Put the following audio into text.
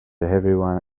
everyone